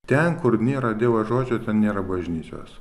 ten kur nėra dievo žodžio ten nėra bažnyčios